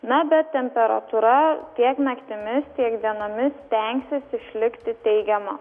na bet temperatūra tiek naktimis tiek dienomis stengsis išlikti teigiama